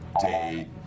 day